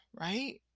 right